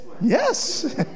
Yes